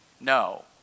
No